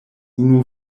unu